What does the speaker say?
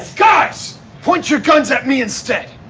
guys point your guns at me instead.